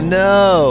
no